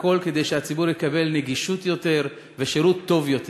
הכול כדי שהציבור יקבל יותר נגישות ושירות טוב יותר.